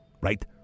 right